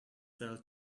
sell